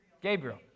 Gabriel